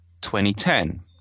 2010